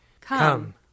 Come